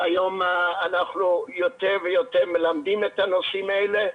והיום אנחנו יותר ויותר מלמדים את הנושאים האלה.